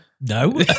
no